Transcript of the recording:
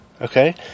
Okay